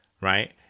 right